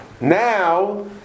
now